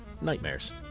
nightmares